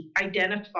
identify